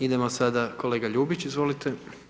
Idemo sada, kolega Ljubić, izvolite.